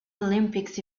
olympics